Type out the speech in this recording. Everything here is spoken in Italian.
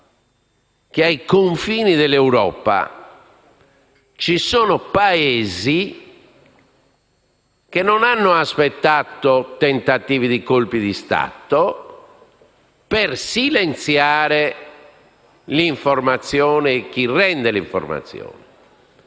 che, ai confini dell'Europa, ci sono Paesi che non hanno aspettato tentativi di colpi di Stato per silenziare l'informazione e chi la rende colpendo